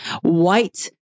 white